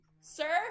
sir